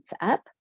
up